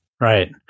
right